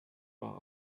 war